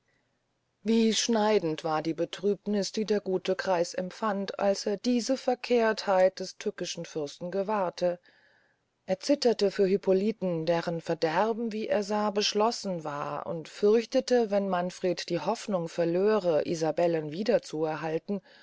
wie schneidend war die betrübniß die der gute greiß empfand als er diese verkehrtheit des tückischen fürsten gewahrte er zitterte vor hippoliten deren verderben wie er sah beschlossen war und fürchtete wenn manfred die hofnung verlöre isabellen